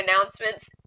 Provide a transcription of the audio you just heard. announcements